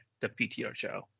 theptrshow